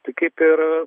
tai kaip ir